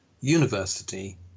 university